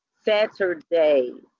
Saturday